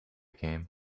came